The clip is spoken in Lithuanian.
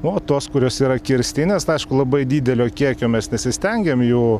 nu o tos kurios yra kirstinės tai aišku labai didelio kiekio mes nesistengiam jų